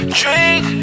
drink